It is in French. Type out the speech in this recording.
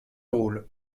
rôle